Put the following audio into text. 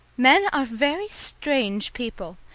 men are very strange people.